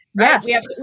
Yes